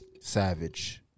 Savage